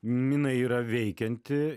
mina yra veikianti